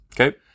Okay